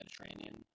Mediterranean